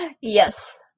Yes